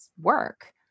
work